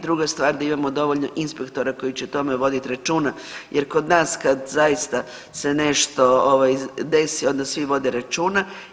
Druga je stvar da imamo dovoljno inspektora koji će o tome voditi računa, jer kod nas kad zaista se nešto desi onda svi vode računa.